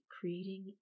creating